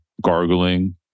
gargling